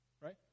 Right